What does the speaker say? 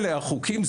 אלה החוקים,